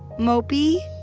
mopey,